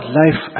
life